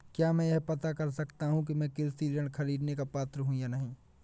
क्या मैं यह पता कर सकता हूँ कि मैं कृषि ऋण ख़रीदने का पात्र हूँ या नहीं?